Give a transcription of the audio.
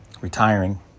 retiring